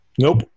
Nope